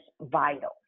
vital